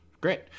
great